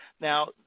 Now